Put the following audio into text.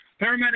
Paramedic